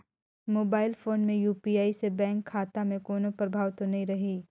Mobile phone मे UPI से bank खाता मे कोनो प्रभाव तो नइ रही?